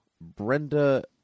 Brenda